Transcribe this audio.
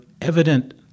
evident